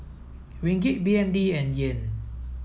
Ringgit B N D and Yen